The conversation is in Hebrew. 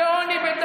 שבי, בבקשה.